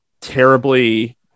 terribly